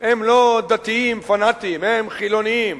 הם לא דתיים פנאטים, הם חילונים,